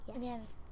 yes